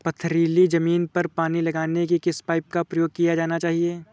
पथरीली ज़मीन पर पानी लगाने के किस पाइप का प्रयोग किया जाना चाहिए?